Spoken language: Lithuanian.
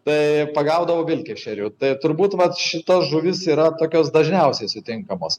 tai pagaudavo vilkešerių tai turbūt vat šitos žuvys yra tokios dažniausiai sutinkamos